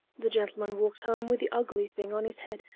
the gentleman walks home with the ugly thing on his head,